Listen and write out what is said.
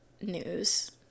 news